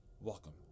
welcome